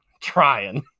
trying